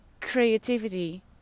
creativity